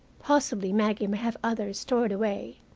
possibly maggie may have others stored away.